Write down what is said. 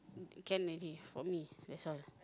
can already for me that's all